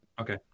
okay